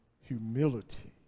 humility